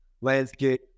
landscape